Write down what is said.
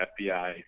fbi